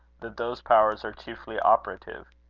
that those powers are chiefly operative.